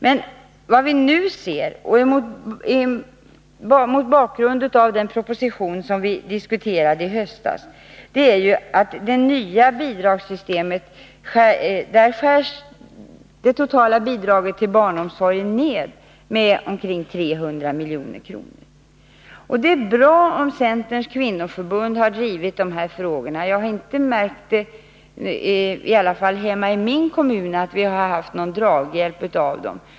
Men det vi nu ser, mot bakgrund av den proposition som vi diskuterade i höstas, är att det totala bidraget till barnomsorgen i det nya bidragssystemet skärs ned med omkring 300 milj.kr. Det är bra om Centerns kvinnoförbund har drivit de här frågorna. Jag har i varje fall inte märkt att vi hemma i min kommun har haft någon draghjälp av dem.